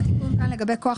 היו פה גרסאות פה בבוקר,